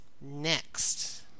Next